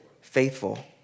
faithful